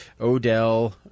Odell